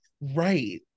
Right